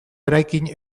eraikin